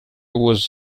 was